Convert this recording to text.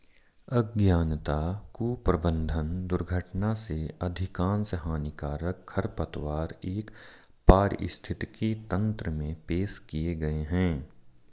अज्ञानता, कुप्रबंधन, दुर्घटना से अधिकांश हानिकारक खरपतवार एक पारिस्थितिकी तंत्र में पेश किए गए हैं